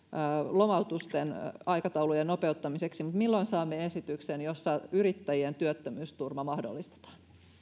lomautusten aikataulujen nopeuttamiseksi mutta milloin saamme esityksen jossa yrittäjien työttömyysturva mahdollistetaan